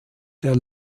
der